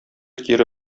кире